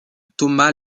thomas